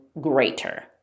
greater